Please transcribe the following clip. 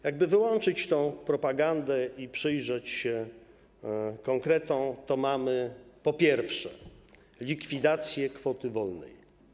Jakby wyłączyć tę propagandę i przyjrzeć się konkretom, to mamy, po pierwsze, likwidację kwoty wolnej.